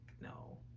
no